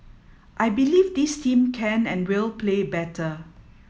I believe this team can and will play better